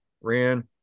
ran